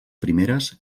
primeres